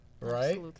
right